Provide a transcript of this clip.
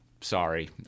sorry